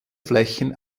flächen